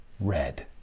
red